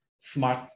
smart